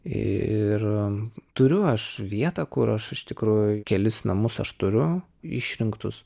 ir turiu aš vietą kur aš iš tikrųjų kelis namus aš turiu išrinktus